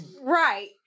Right